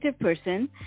person